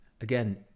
again